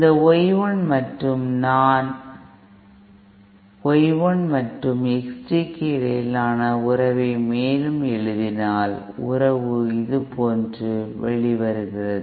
இந்த Y 1 மற்றும் நான் Y 1 மற்றும் X t க்கு இடையிலான உறவை மேலும் எழுதினால் உறவு இதுபோன்று வெளிவருகிறது